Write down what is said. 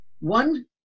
one